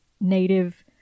native